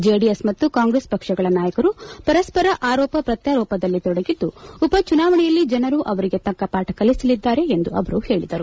JDS ಮತ್ತು ಕಾಂಗ್ರೆಸ್ ಪಕ್ಷಗಳ ನಾಯಕರು ಪರಸ್ಪರ ಆರೋಪ ಪ್ರತ್ಯಾರೋಪದಲ್ಲಿ ತೊಡಗಿದ್ದು ಉಪಚುನಾವಣೆಯಲ್ಲಿ ಜನರು ಅವರಿಗೆ ತಕ್ಕ ಪಾಠ ಕಲಿಸಲಿದ್ದಾರೆ ಎಂದು ಅವರು ಹೇಳಿದರು